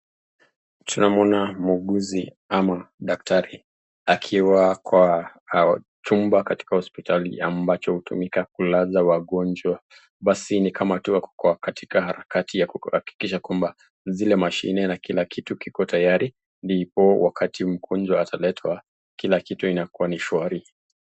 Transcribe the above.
Tunamuona muuguzi ama daktari akiwa kwa chumba katika hospitali ambacho hutumika kulaza wagonjwa ,basi ni kama tu ako kwa katika harakati ya kuhakikisha kwamba zile mashini na kila kitu kiko tayari ndipo wakati mgonjwa ataletwa kila kitu inakua ni shwari.